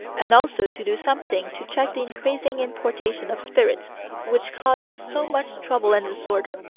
and also to do something to check the increasing importation of spirits which caused so much trouble and disorder.